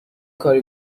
کاری